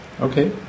Okay